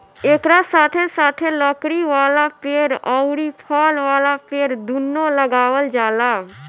एकरा साथे साथे लकड़ी वाला पेड़ अउरी फल वाला पेड़ दूनो लगावल जाला